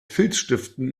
filzstiften